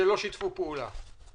שלא שיתפו פעולה.